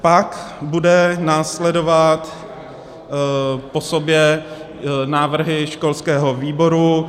Pak budou následovat po sobě návrhy školského výboru.